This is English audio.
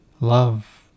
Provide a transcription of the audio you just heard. love